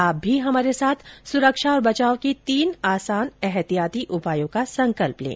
आप भी हमारे साथ सुरक्षा और बचाव के तीन आसान एहतियाती उपायों का संकल्प लें